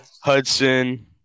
Hudson